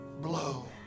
blow